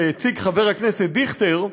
שהציג חבר הכנסת דיכטר,